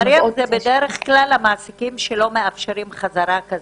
בדרך כלל המעסיקים שלא מאפשרים חזרה כזו,